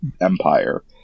empire